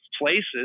places